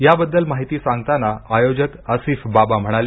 याबद्दल माहिती सांगताना आयोजक आसिफ बाबा म्हणाले